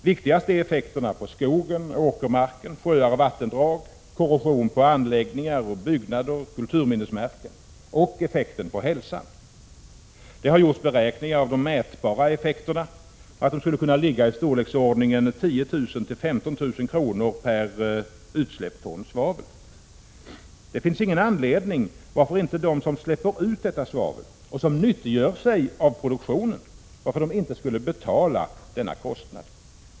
Viktigast är effekterna på skogen, åkermarken, sjöar och vattendrag, korrosion på anläggningar, byggnader och kulturminnesmärken samt effekter på hälsan. Det har gjorts beräkningar som visar att de mätbara effekterna ligger i storleksordningen 10 000-15 000 kr. per ton svavelutsläpp. Det finns inget skäl för att den som släpper ut detta svavel och som nyttiggör sig produktionen inte skulle betala denna kostnad.